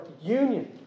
union